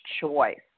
choice